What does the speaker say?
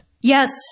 Yes